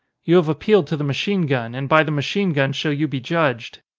you have appealed to the machine gun and by the machine gun shall you be judged.